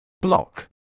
Block